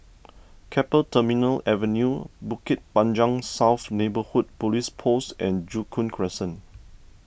Keppel Terminal Avenue Bukit Panjang South Neighbourhood Police Post and Joo Koon Crescent